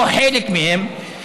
או חלק מהן,